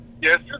Yes